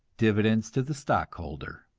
dividends to the stockholder.